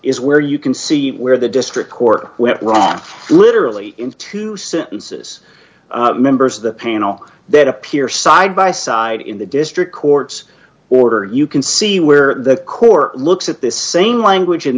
is where you can see where the district court went wrong literally in two sentences members of the panel that appear side by side in the district court's order you can see where the court looks at this same language